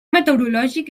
meteorològic